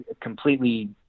completely